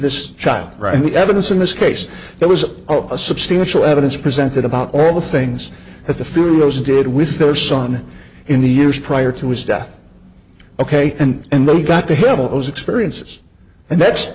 this child and the evidence in this case there was a substantial evidence presented about all the things that the fluids did with their son in the years prior to his death ok and then got to have all those experiences and that's